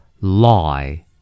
Lie